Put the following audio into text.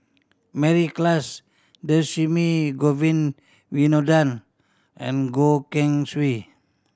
Mary Klass Govin Winodan and Goh Keng Swee